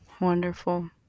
Wonderful